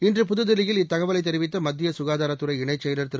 இன்று புதுதில்லியில் இத்தகவலை தெரிவித்த மத்திய சுகாதாரத்துறை இணைச் செயலர் திரு